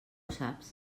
saps